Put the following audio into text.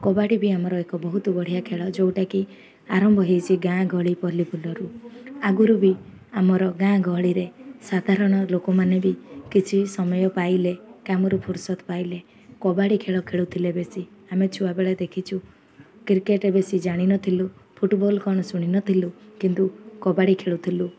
କବାଡ଼ି ବି ଆମର ଏକ ବହୁତ ବଢ଼ିଆ ଖେଳ ଯେଉଁଟାକି ଆରମ୍ଭ ହେଇଛି ଗାଁ ଗହଳି ପଲ୍ଲୀ ଫୁଲରୁ ଆଗରୁ ବି ଆମର ଗାଁ ଗହଳିରେ ସାଧାରଣ ଲୋକମାନେ ବି କିଛି ସମୟ ପାଇଲେ କାମରୁ ଫୁରସତ ପାଇଲେ କବାଡ଼ି ଖେଳ ଖେଳୁଥିଲେ ବେଶୀ ଆମେ ଛୁଆବେେଳେ ଦେଖିଛୁ କ୍ରିକେଟ୍ ବେଶୀ ଜାଣିନଥିଲୁ ଫୁଟବଲ୍ କ'ଣ ଶୁଣିନଥିଲୁ କିନ୍ତୁ କବାଡ଼ି ଖେଳୁଥିଲୁ